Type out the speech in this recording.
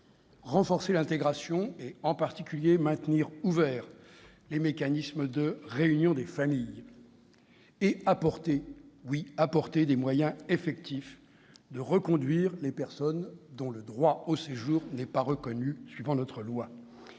renforcer l'intégration, en particulier en maintenant ouverts les mécanismes de réunion des familles, et, oui, fournir des moyens effectifs de reconduire à la frontière les personnes dont le droit au séjour n'est pas reconnu par notre loi.